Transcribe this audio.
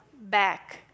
back